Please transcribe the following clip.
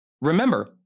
remember